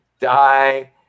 die